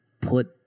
put